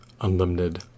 unlimited